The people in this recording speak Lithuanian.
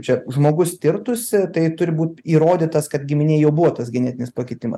čia žmogus tirtųsi tai turi būti įrodytas kad giminėj jo buvo tas genetinis pakitimas